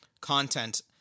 content